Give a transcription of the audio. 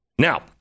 Now